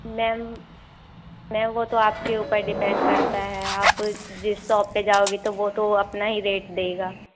ma'am ममै वो तो आपके ऊपर डिपेन्ड करता है आप जिस शॉप पर जाओगी तो वो तो अपना ही रेट देगा